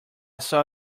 saw